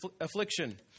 affliction